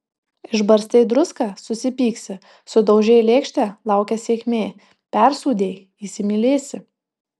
išbarstei druską susipyksi sudaužei lėkštę laukia sėkmė persūdei įsimylėsi